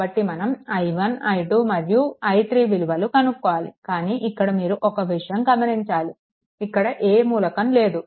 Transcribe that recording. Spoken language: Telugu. కాబట్టి మనం i1 i2 మరియు i3 విలువలు కనుక్కోవాలి కానీ ఇక్కడ మీరు ఒక విషయం గమనించాలి ఇక్కడ ఏ మూలకం లేదు